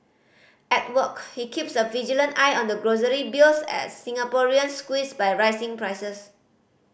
at work he keeps a vigilant eye on the grocery bills as Singaporeans squeezed by rising prices